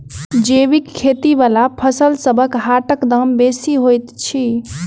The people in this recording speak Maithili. जैबिक खेती बला फसलसबक हाटक दाम बेसी होइत छी